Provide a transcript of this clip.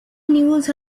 news